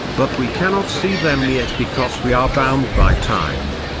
but we cannot see them yet because we are bound by time.